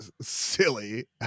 silly